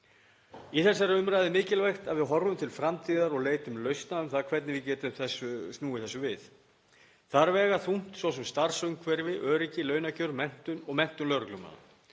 Í þessari umræðu er mikilvægt að við horfum til framtíðar og leitum lausna um það hvernig við getum snúið þessu við. Þar vega þungt starfsumhverfi, öryggi, launakjör og menntun lögreglumanna.